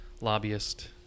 lobbyist